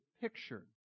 picture